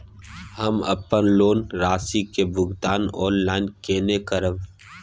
हम अपन लोन राशि के भुगतान ऑनलाइन केने करब?